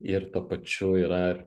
ir tuo pačiu yra